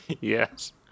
Yes